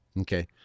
Okay